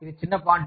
ఇది చిన్న ఫాంట్